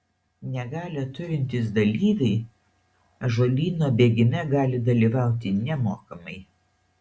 negalią turintys dalyviai ąžuolyno bėgime gali dalyvauti nemokamai